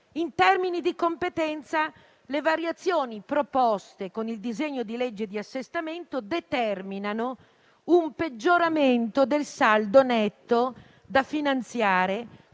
In termini di competenza, le variazioni proposte con il disegno di legge di assestamento determinano un peggioramento del saldo netto da finanziare,